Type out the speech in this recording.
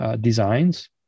designs